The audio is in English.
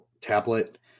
tablet